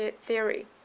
theory